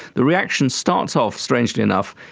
the reaction starts off, strangely enough,